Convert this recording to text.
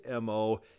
MO